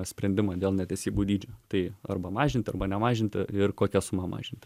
sprendimą dėl netesybų dydžio tai arba mažint arba nemažint ir kokia suma mažint